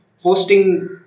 posting